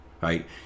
right